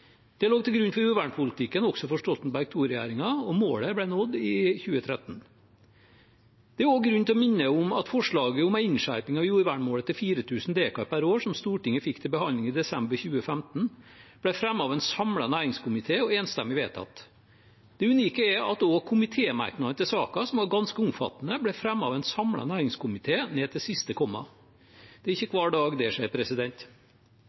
Det lå til grunn for jordvernpolitikken også for Stoltenberg II-regjeringen, og målet ble nådd i 2013. Det er også grunn til å minne om at forslaget om en innskjerping av jordvernmålet til 4 000 dekar per år, som Stortinget fikk til behandling i desember 2015, ble fremmet av en samlet næringskomité og enstemmig vedtatt. Det unike er at også komitémerknadene til saken, som var ganske omfattende, ble fremmet av en samlet næringskomité, ned til siste komma. Det er ikke